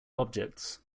objects